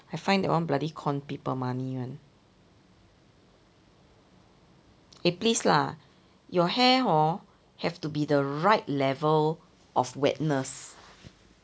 I find that one bloody con people money [one] eh please lah your hair hor have to be the right level of wetness